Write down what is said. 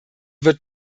wird